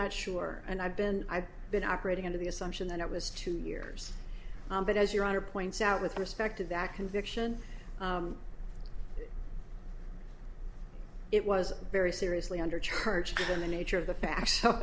not sure and i've been i've been operating under the assumption that it was two years but as your honor points out with respect to that conviction it was very seriously under charged in the nature of the fa